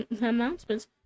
announcements